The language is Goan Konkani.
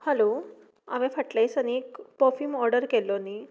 हलो हांवें फाटल्या दिसांनी एक पर्फ्यूम ऑर्डर केल्लो न्ही